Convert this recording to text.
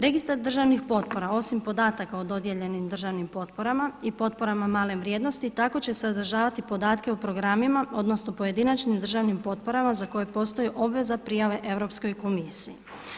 Registar državnih potpora osim podataka o dodijeljenim državnim potporama i potporama male vrijednosti tako će sadržavati podatke o programima, odnosno pojedinačnim državnim potporama za koje postoji obveza prijave Europskoj komisiji.